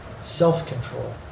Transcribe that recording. self-control